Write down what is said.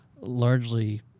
largely